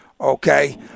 okay